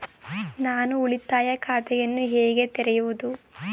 ನಾನು ಉಳಿತಾಯ ಖಾತೆಯನ್ನು ಹೇಗೆ ತೆರೆಯುವುದು?